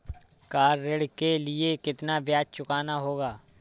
Car ऋण के लिए कितना ब्याज चुकाना होगा?